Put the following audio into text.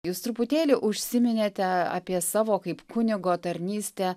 jūs truputėlį užsiminėte apie savo kaip kunigo tarnystę